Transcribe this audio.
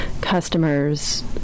customers